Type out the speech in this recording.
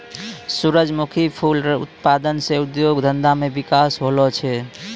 सुरजमुखी फूल उत्पादन से उद्योग धंधा मे बिकास होलो छै